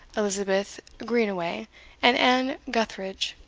elizabeth greenaway, and anne gutheridge,